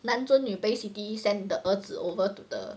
男尊女卑 city sent the 儿子 over to the